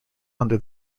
under